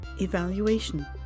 Evaluation